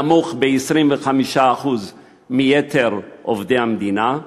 נמוך ב-25% משל יתר עובדי המדינה,